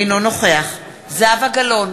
אינו נוכח זהבה גלאון,